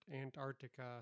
Antarctica